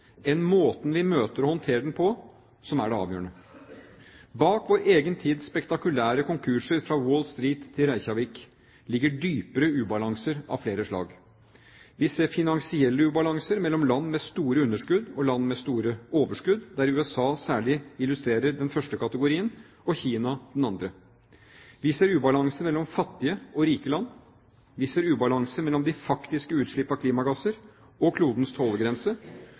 enn måten vi møter og håndterer den på, som er det avgjørende. Bak vår egen tids spektakulære konkurser fra Wall Street til Reykjavik ligger dypere ubalanser av flere slag. Vi ser finansielle ubalanser, mellom land med store underskudd og land med store overskudd, der USA særlig illustrerer den første kategorien og Kina den andre. Vi ser ubalanser mellom fattige og rike land, vi ser ubalanser mellom de faktiske utslipp av klimagasser og klodens tålegrense,